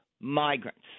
Migrants